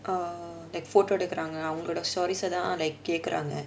uh like photo எடுக்குறாங்கவங்களோட:edukuraangavangaloda stories தான் கேக்குறாங்க:thaan kekuraanga